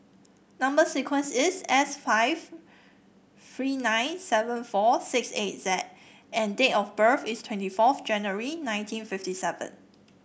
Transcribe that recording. number sequence is S five three nine seven four six eight Z and date of birth is twenty fourth January nineteen fifty seven